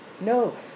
No